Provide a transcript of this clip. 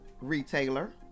retailer